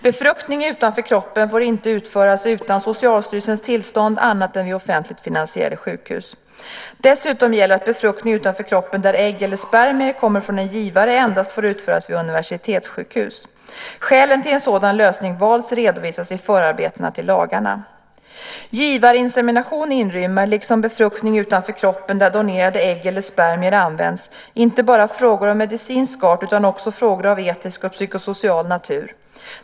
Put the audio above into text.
Befruktning utanför kroppen får inte utföras utan Socialstyrelsens tillstånd annat än vid offentligt finansierade sjukhus. Dessutom gäller att befruktning utanför kroppen där ägg eller spermier kommer från en givare endast får utföras vid universitetssjukhus. Skälen till att en sådan lösning valts redovisas i förarbetena till lagarna. Givarinsemination inrymmer, liksom befruktning utanför kroppen där donerade ägg eller spermier används, inte bara frågor av medicinsk art utan också frågor av etisk och psykosocial natur.